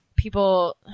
people